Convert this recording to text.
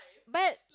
but